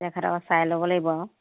জেগাডখৰ চাই ল'ব লাগিব আৰু